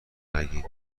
نگین